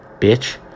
bitch